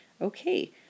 Okay